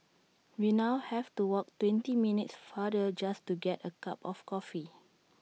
we now have to walk twenty minutes farther just to get A cup of coffee